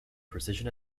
precision